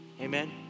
Amen